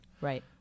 Right